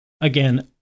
again